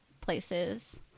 places